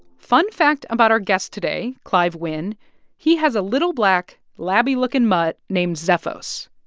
fun fact about our guest today, clive wynne he has a little, black labby-looking mutt named xephos.